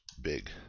big